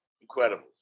incredible